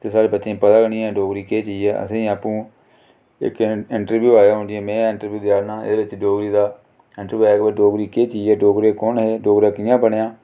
ते साढ़े बच्चें गी पता गै नी ऐ डोगरी केह् चीज ऐ असें आपूं इक इन्टरव्यू होआ जियां हून में इन्टरव्यू देआ करनां एह्दे बिच्च डोगरी दा इन्टरव्यू ऐ कि भई डोगरी केह् चीज ऐ डोगरे कौन हे डोगरा कियां बनेआ